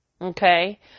Okay